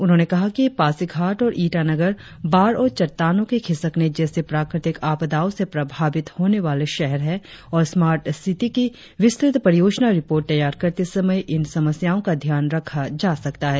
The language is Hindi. उन्होंने कहा कि पासीघाट और ईटानगर बाढ़ और चट्टानो के खिसकने जैसी प्राकृतिक आपदाओ से प्रभावित होने वाले शहर है और स्मार्ट सिटी की विस्तृत परियोजना रिपोर्ट तैयार करते समय इन समस्याओ का ध्यान रखा जा सकता है